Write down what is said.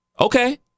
Okay